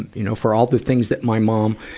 you know. for all the things that my mom,